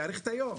להאריך את היום